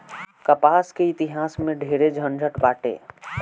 कपास के इतिहास में ढेरे झनझट बाटे